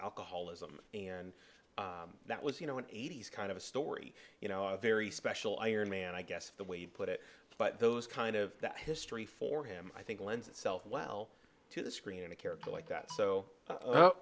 alcoholism and that was you know an eighty's kind of a story you know very special iron man i guess the way he put it but those kind of that history for him i think lends itself well to the screen in a character like that so